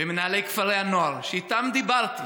ומנהלי כפרי הנוער שאיתם דיברתי